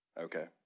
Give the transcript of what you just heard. Okay